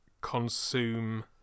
consume